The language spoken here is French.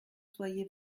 soyez